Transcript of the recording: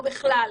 או בכלל.